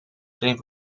geen